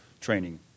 training